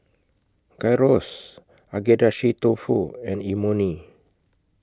Gyros Agedashi Dofu and Imoni